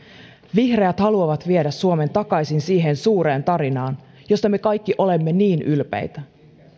vihreät haluavat viedä suomen takaisin siihen suureen tarinaan josta me kaikki olemme niin ylpeitä